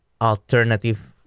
alternative